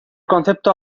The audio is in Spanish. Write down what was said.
concepto